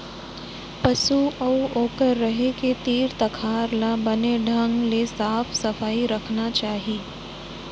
पसु अउ ओकर रहें के तीर तखार ल बने ढंग ले साफ सफई रखना चाही